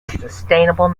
sustainable